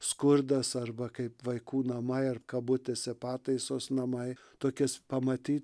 skurdas arba kaip vaikų namai ar kabutėse pataisos namai tokias pamatyt